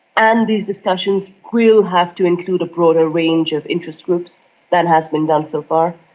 and these discussions will have to include a broader range of interest groups than has been done so far.